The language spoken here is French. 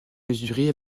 mesurée